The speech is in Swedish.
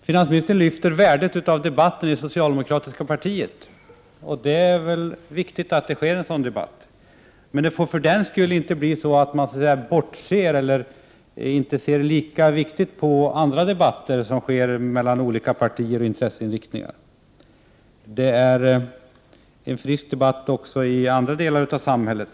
Finansministern lyfte fram värdet av debatt inom det socialdemokratiska partiet, och det är viktigt att en sådan sker. Men för den skull får man inte bortse från eller anse debatter mellan olika partier och intresseinriktningar mindre viktiga. Det förs en frisk debatt också i andra delar av vårt samhälle.